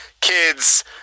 kids